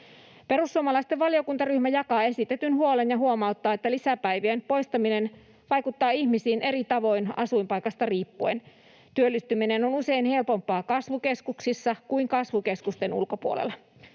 Perussuomalaisten valiokuntaryhmä jakaa esitetyn huolen ja huomauttaa, että lisäpäivien poistaminen vaikuttaa ihmisiin eri tavoin asuinpaikasta riippuen. Työllistyminen on usein helpompaa kasvukeskuksissa kuin kasvukeskusten ulkopuolella.